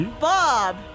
Bob